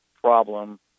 problem